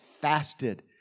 fasted